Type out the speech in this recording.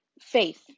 faith